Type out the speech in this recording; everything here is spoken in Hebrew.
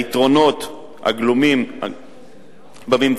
היתרונות הגלומים בממצאים,